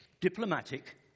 diplomatic